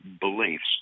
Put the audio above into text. beliefs